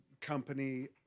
Company